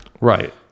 Right